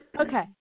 Okay